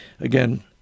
again